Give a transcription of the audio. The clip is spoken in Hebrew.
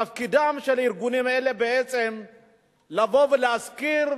תפקידם של ארגונים אלה הוא בעצם לבוא ולהזכיר,